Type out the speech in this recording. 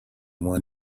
one